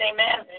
Amen